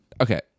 Okay